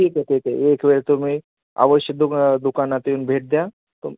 ठीक आहे ठीक आहे एक वेळ तुम्ही आवश्य दुका दुकानात येऊन भेट द्या तुम